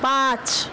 পাঁচ